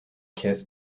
kiss